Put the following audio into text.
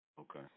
Okay